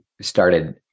started